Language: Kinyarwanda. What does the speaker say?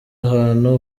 ahantu